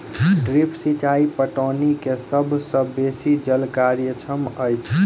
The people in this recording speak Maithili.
ड्रिप सिचाई पटौनी के सभ सॅ बेसी जल कार्यक्षम अछि